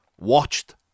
watched